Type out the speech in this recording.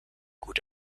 gut